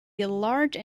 large